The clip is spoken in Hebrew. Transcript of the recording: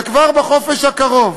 שכבר בחופש הקרוב